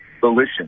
volition